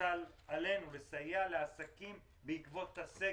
תוטל עלינו, לסייע לעסקים בעקבות הסגר,